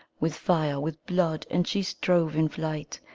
with fire, with blood and she strove in flight,